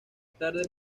tarde